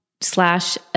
slash